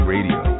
Radio